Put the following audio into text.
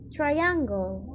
Triangle